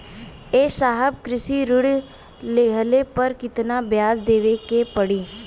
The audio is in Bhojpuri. ए साहब कृषि ऋण लेहले पर कितना ब्याज देवे पणी?